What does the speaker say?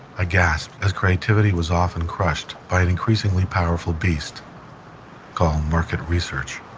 aghast as creativity was often crushed by an increasingly powerful beast called market research.